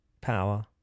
power